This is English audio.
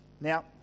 Now